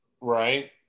right